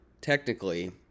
technically